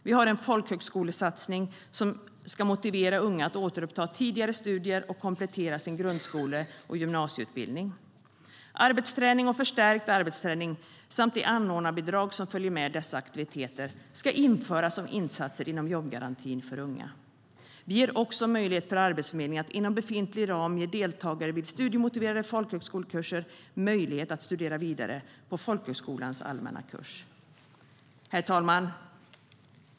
Vi gör en folkhögskolesatsning som ska motivera unga att återuppta tidigare studier och komplettera sin grundskole eller gymnasieutbildning. Arbetsträning och förstärkt arbetsträning samt det anordnarbidrag som följer med dessa aktiviteter ska införas som insatser inom jobbgarantin för unga. Vi ger också möjlighet för Arbetsförmedlingen att inom befintlig ram ge deltagare vid studiemotiverande folkhögskolekurser möjlighet att studera vidare på folkhögskolans allmänna kurs. Herr talman!